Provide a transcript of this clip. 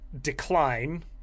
decline